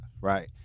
Right